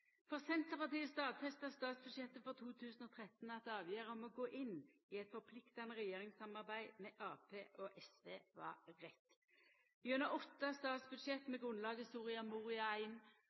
For Senterpartiet stadfestar statsbudsjettet for 2013 at avgjerda om å gå inn i eit forpliktande regjeringssamarbeid med Arbeidarpartiet og SV var rett. Gjennom åtte statsbudsjett med grunnlag i